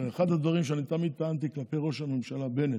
הרי אחד הדברים שתמיד טענתי כלפי ראש הממשלה בנט,